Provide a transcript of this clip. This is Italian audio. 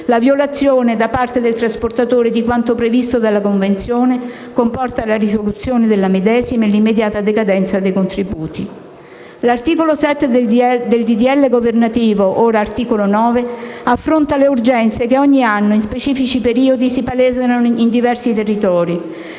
La violazione da parte del trasportatore di quanto previsto dalla convenzione comporta la risoluzione della medesima e l'immediata decadenza dai contributi. L'articolo 7 del disegno di legge governativo, ora articolo 9, affronta le urgenze che ogni anno, in specifici periodi si palesano in diversi territori.